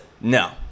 no